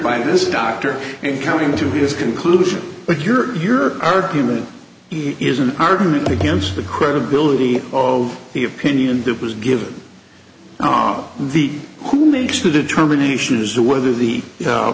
by this doctor and coming to his conclusion but your argument is an argument against the credibility of the opinion that was given the who makes the determination as to whether the